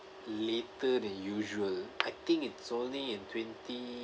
later than usual I think it's only in twenty